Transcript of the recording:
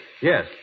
yes